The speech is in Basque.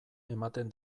ematen